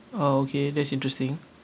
oh okay that's interesting